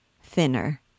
thinner